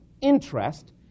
interest